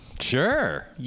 Sure